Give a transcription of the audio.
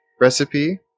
recipe